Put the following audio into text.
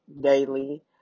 daily